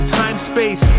time-space